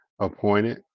appointed